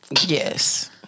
Yes